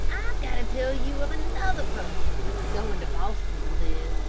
i've got to tell you of another person who is going to boston to live.